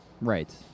Right